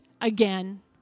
again